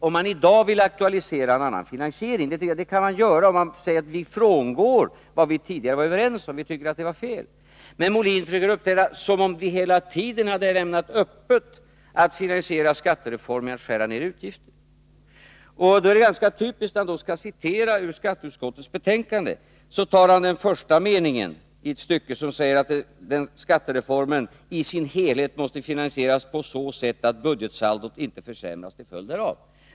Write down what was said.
Om man i dag vill aktualisera en annan finansiering, kan man göra det om man säger att man frångår vad vi tidigare var överens om därför att man tycker det var fel. Men herr Molin försöker uppträda som om vi hela tiden hade lämnat öppet att finansiera skattereformen genom att skära ner utgifter. Det är ganska typiskt att när han skall citera ur skatteutskottets betänkande tar han den första meningen i ett stycke, som säger att ”skattereformen i sin helhet måste finansieras på så sätt att budgetsaldot inte försämras till följd härav”.